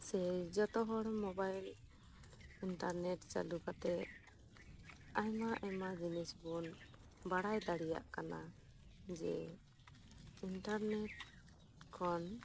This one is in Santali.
ᱥᱮ ᱡᱚᱛᱚ ᱦᱚᱲ ᱢᱳᱵᱟᱭᱤᱞ ᱤᱱᱴᱟᱨᱱᱮᱴ ᱪᱟᱹᱞᱩ ᱠᱟᱛᱮ ᱟᱭᱢᱟ ᱟᱭᱢᱟ ᱡᱤᱱᱤᱥ ᱵᱚᱱ ᱵᱟᱲᱟᱭ ᱫᱟᱲᱮᱭᱟᱜ ᱠᱟᱱᱟ ᱡᱮ ᱤᱱᱴᱟᱨᱱᱮᱴ ᱠᱷᱚᱱ